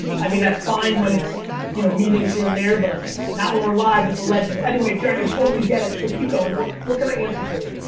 i mean, that's fine when it's you know meetings here and there, but not when we're live with the legend. anyway, jerry, i totally get it. so keep going. what what can i answer for you?